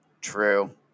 True